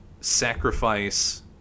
sacrifice